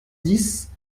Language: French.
dix